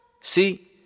See